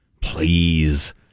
Please